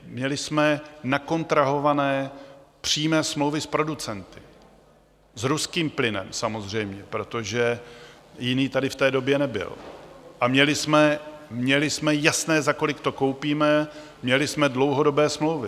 Měli jsme nakontrahované přímé smlouvy s producenty, s ruským plynem samozřejmě, protože jiný tady v té době nebyl, a měli jsme jasné, za kolik to koupíme, měli jsme dlouhodobé smlouvy.